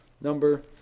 number